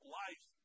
life